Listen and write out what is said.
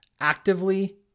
actively